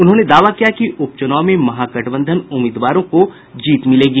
उन्होंने दावा किया कि उप चुनाव में महागठबंधन उम्मीदवारों को जीत मिलेगी